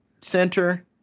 center